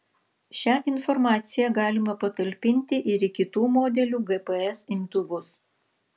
šią informaciją galima patalpinti ir į kitų modelių gps imtuvus